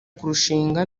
kurushinga